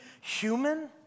human